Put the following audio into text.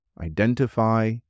identify